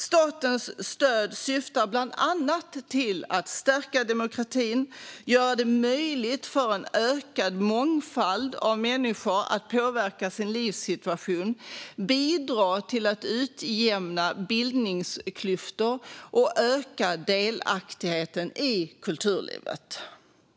Statens stöd syftar bland annat till att stärka demokratin, göra det möjligt för en ökad mångfald av människor att påverka sin livssituation, bidra till att utjämna bildningsklyftor och öka delaktigheten i kulturlivet.